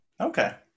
Okay